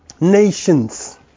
nations